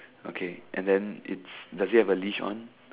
okay and then it's does she have a leash on